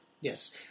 Yes